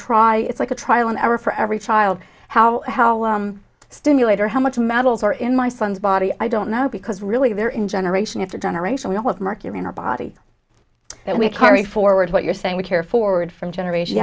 try it's like a trial and error for every child how how stimulator how much metals are in my son's body i don't know because really there in generation after generation we don't want mercury in our body that we carry forward what you're saying we care forward from generation